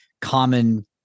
common